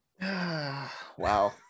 Wow